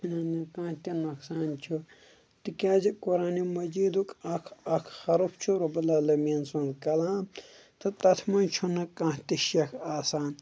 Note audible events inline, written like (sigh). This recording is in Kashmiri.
(unintelligible) کانٛہہ تہِ نۄقصان چھُ تِکیٛازِ قران مجیٖدُک اَکھ اَکھ حرف چھُ رۄب العالمیٖن سُنٛد کلام تہٕ تَتھ منٛز چھُنہٕ کانٛہہ تہِ شَک آسان